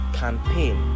campaign